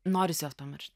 norisi juos pamiršt